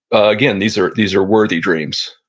again, these are these are worthy dreams.